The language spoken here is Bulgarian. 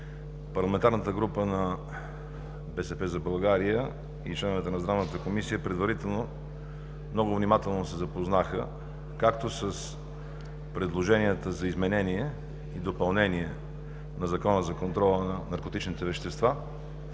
Парламентарната група на „БСП за България“ и членовете на Здравната комисия много внимателно се запознаха предварително както с предложенията за изменение и допълнение на Закона за контрол на наркотичните вещества,